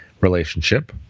relationship